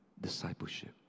discipleship